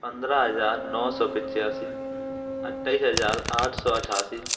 पंद्रह हज़ार नौ सौ पचासी अट्ठाईस हज़ार आठ सौ अट्ठासी